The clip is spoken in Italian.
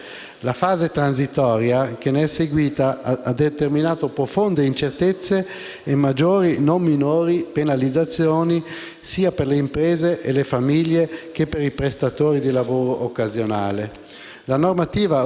sia per le imprese e le famiglie che per i prestatori di lavoro occasionale. La normativa ora introdotta in sede di conversione non ripristina, purtroppo, la precedente disciplina dei *voucher*. Nel decreto-legge si è fatto però